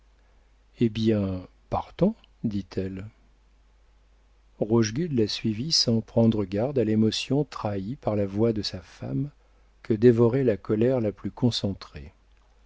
eh bien partons dit-elle rochegude la suivit sans prendre garde à l'émotion trahie par la voix de sa femme que dévorait la colère la plus concentrée